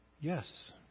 Yes